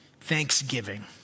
Thanksgiving